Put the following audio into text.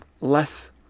less